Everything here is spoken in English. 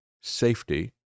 safety